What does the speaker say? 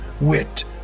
wit